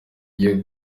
iyo